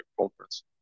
conference